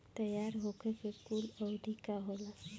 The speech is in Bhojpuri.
तैयार होखे के कूल अवधि का होला?